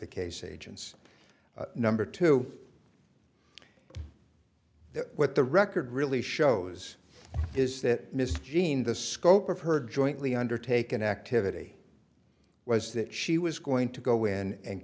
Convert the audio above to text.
the case agents number two that what the record really shows is that miss jean the scope of her jointly undertaken activity was that she was going to go in and